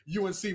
UNC